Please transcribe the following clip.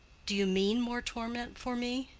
do you mean more torment for me?